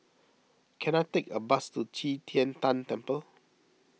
can I take a bus to Qi Tian Tan Temple